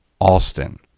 Austin